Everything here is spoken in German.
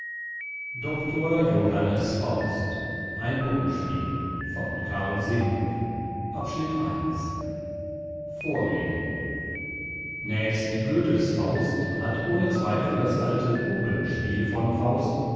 doctor johannes faust puppenspiel in vier aufzügen eduard böcking gewidmet vorrede nächst goethes faust hat ohne zweifel das alte puppenspiel von faust